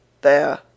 there